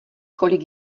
kolik